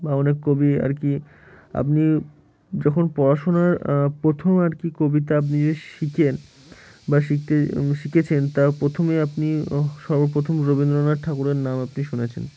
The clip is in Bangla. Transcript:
বা অনেক কবি আর কি আপনি যখন পড়াশোনার প্রথম আর কি কবিতা আপনি যদি শেখেন বা শিখতে শিখেছেন তা প্রথমে আপনি সর্বপ্রথম রবীন্দ্রনাথ ঠাকুরের নাম আপনি শুনেছেন